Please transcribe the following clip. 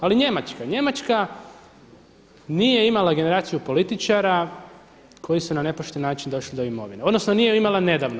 Ali Njemačka, Njemačka nije imala generaciju političara koji su na nepošten način došli do imovine, odnosno nije ju imala nedavno.